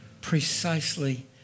precisely